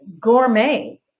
gourmet